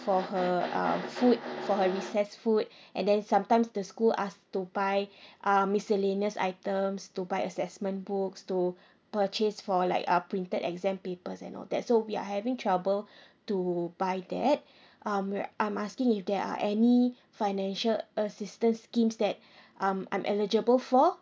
for her um food for her recess food and then sometimes the school ask to buy uh miscellaneous items to buy assessment books to purchase for like uh printed exam papers and all that so we are having trouble to buy that um right I'm asking if there are any financial assistance schemes that um I'm eligible for